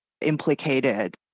implicated